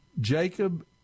Jacob